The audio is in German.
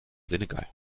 senegal